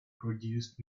produced